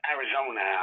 Arizona